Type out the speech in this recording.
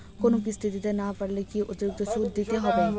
কোনো কিস্তি দিতে না পারলে কি অতিরিক্ত সুদ দিতে হবে?